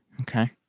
Okay